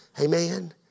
Amen